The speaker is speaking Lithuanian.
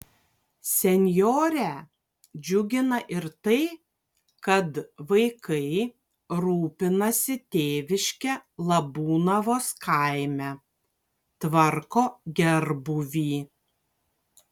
senjorę džiugina ir tai kad vaikai rūpinasi tėviške labūnavos kaime tvarko gerbūvį